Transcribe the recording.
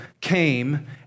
came